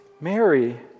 Mary